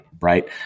right